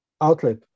outlet